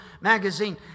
magazine